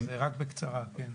רק בקצרה, כן.